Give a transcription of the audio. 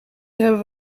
hebben